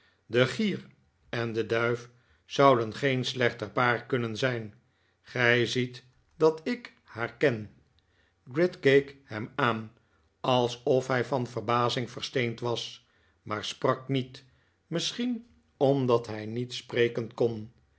de gier en de duif zouden geen slechter paar kunnen zijn gij ziet dat ik haar ken gride keek hem aan alsof hij van verbazing versteend was maar sprak niet misschien omdat hij niet spreken kon